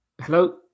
hello